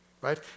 right